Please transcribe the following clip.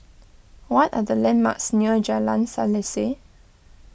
what are the landmarks near Jalan Selaseh